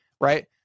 right